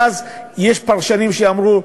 ואז יש פרשנים שאמרו,